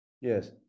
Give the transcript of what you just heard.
Yes